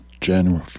January